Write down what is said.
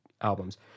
albums